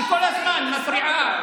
היא כל הזמן מפריעה.